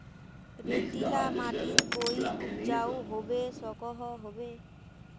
रेतीला माटित कोई उपजाऊ होबे सकोहो होबे?